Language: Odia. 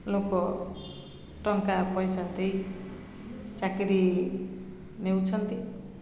ଲୋକ ଟଙ୍କା ପଇସା ଦେଇ ଚାକିରି ନେଉଛନ୍ତି